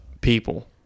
people